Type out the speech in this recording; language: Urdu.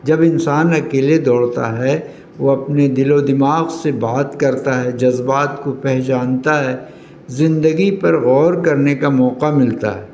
جب انسان اکیلے دوڑتا ہے وہ اپنے دل و دماغ سے بات کرتا ہے جذبات کو پہچانتا ہے زندگی پر غور کرنے کا موقع ملتا ہے